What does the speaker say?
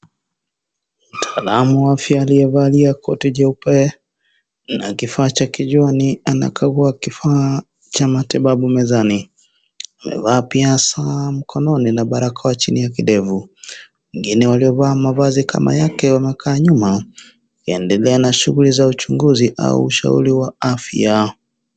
Mtaalamu wa afya aliyevalia koti jeupe na kifaa cha kijoni anakagua kifaa cha matibabu mezani. Amevaa pia saa mkononi na barakoa chini ya kidevu. Wengine waliovaa mavazi kama yake wamekaa nyuma, wakiendelea na shughuli za uchunguzi au ushauri wa afya.